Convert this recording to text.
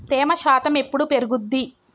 తేమ శాతం ఎప్పుడు పెరుగుద్ది?